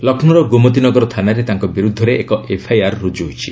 ଲକ୍ଷ୍ରୌର ଗୋମତୀ ନଗର ଥାନାରେ ତାଙ୍କ ବିରୁଦ୍ଧରେ ଏକ ଏଫ୍ଆଇଆର୍ ରୁଜୁ ହୋଇଛି